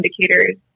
indicators